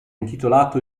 intitolato